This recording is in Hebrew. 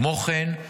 כמו כן,